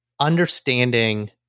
understanding